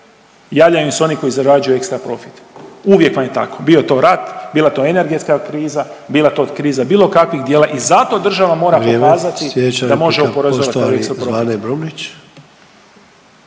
javljaju im se oni koji zarađuju ekstra profit, uvijek vam je to tako, bio to rat, bila to energetska kriza, bila to kriza bilo kakvih dijela. I zato država …/Upadica Sanader: Vrijeme./… moram